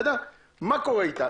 מה קורה איתה?